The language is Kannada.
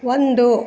ಒಂದು